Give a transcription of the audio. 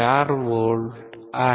4 volt आहे